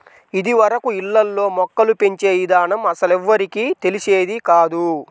ఇదివరకు ఇళ్ళల్లో మొక్కలు పెంచే ఇదానం అస్సలెవ్వరికీ తెలిసేది కాదు